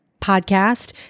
podcast